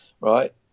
right